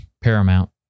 paramount